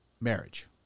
Marriage